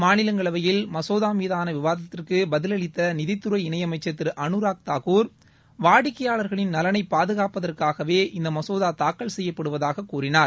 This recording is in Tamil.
மாநிலங்களவையில் மசோதா மீதான விவாதத்திற்கு பதிலளித்த நிதித்துறை இணை அமைச்சர் திரு அனுராக் தாகூர் வாடிக்கையாளர்களின் நலனை பாதுகாப்பதற்காகவே இந்த மசோதா தாக்கல் செய்யப்படுவதாக கூறினார்